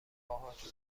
باهاتون